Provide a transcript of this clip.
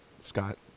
Scott